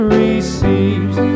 receives